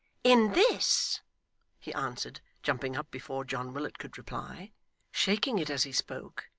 in this he answered, jumping up, before john willet could reply shaking it as he spoke,